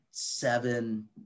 seven